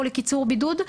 או לקיצור בידוד.